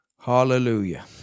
Hallelujah